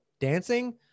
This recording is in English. dancing